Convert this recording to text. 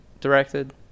directed